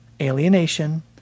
alienation